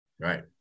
Right